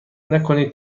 نکنید